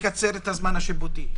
לקצר את הזמן השיפוטי.